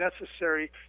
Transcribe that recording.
necessary